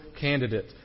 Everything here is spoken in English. candidate